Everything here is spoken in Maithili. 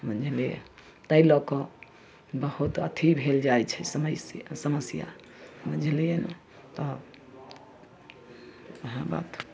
बुझलियै ताहि लऽ कऽ बहुत अथी भेल जाइ छै समय से समस्या बुझलियै ने तऽ उहए बात